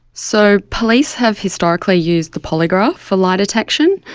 so police have historically used the polygraph for lie detection,